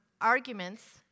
arguments